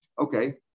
Okay